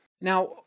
Now